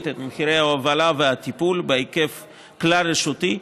את מחירי ההובלה והטיפול בהיקף כלל-רשותי,